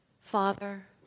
Father